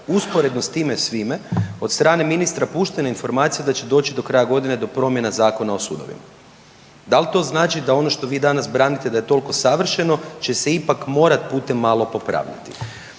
usporedno s time svime od strane ministra puštena informacija da će doći do kraja godine do promjena Zakona o sudovima. Da li to znači da ono što vi danas branite da je toliko savršeno će se ipak morat putem malo popraviti?